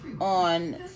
on